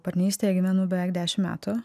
partnerystėje gyvenu beveik dešimt metų